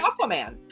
Aquaman